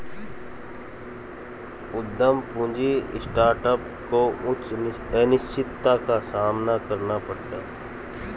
उद्यम पूंजी स्टार्टअप को उच्च अनिश्चितता का सामना करना पड़ता है